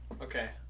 Okay